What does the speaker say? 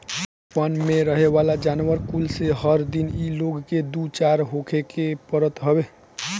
वन में रहेवाला जानवर कुल से हर दिन इ लोग के दू चार होखे के पड़त हवे